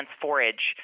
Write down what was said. forage